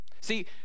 See